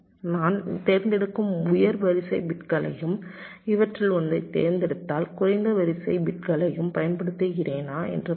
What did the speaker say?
நான் தேர்ந்தெடுக்கும் உயர் வரிசை பிட்களையும் இவற்றில் ஒன்றைத் தேர்ந்தெடுத்தால் குறைந்த வரிசை பிட்களையும் பயன்படுத்துகிறேனா என்று பாருங்கள்